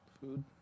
Food